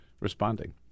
responding